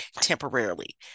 temporarily